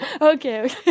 Okay